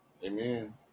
Amen